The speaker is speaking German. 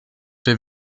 der